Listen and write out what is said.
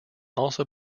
also